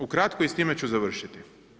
Ukratko i s time ću završiti.